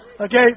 Okay